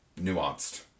nuanced